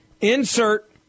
Insert